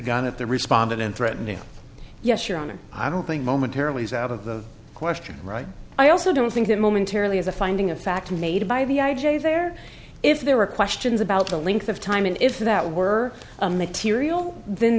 gun at the responded and threatening yes your honor i don't think momentarily is out of the question right i also don't think that momentarily as a finding of fact made by the i j a there if there are questions about the length of time and if that were a material then